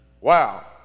Wow